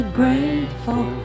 grateful